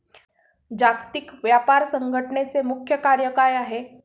जागतिक व्यापार संघटचे मुख्य कार्य काय आहे?